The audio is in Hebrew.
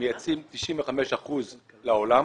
מייצאים 95 אחוזים לעולם.